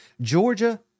Georgia